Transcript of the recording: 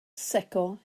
secco